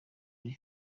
kuri